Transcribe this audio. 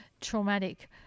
traumatic